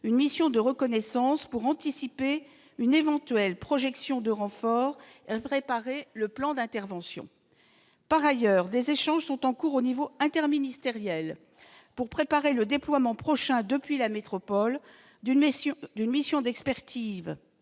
une mission de reconnaissance pour anticiper une éventuelle projection de renforts et préparer le plan d'intervention. Par ailleurs, des échanges sont en cours à l'échelon interministériel pour préparer le déploiement prochain, depuis la métropole, d'une mission d'expertise